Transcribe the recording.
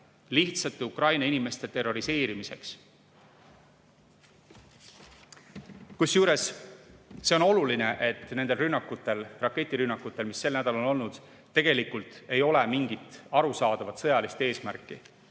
lihtsate Ukraina inimeste terroriseerimiseks. Kusjuures see on oluline, et nendel raketirünnakutel, mis sel nädalal on olnud, ei ole tegelikult mingit arusaadavat sõjalist eesmärki.